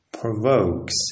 provokes